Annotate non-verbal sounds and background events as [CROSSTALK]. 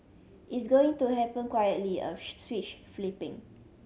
it's going to happen quietly a [UNINTELLIGIBLE] switch flipping